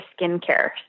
skincare